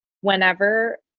whenever